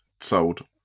Sold